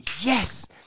yes